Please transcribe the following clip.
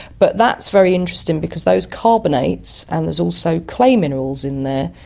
but that's very interesting because those carbonates, and there's also clay minerals in there,